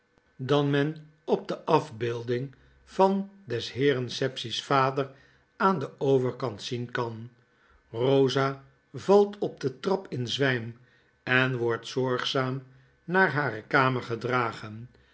dan men op de arbeclding van des heeren sapsea's vader aan den overkant zien kan rosa valt op de trap in zwym en wordt zorgzaam naar hare kamer gedragen